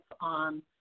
on